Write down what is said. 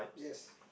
yes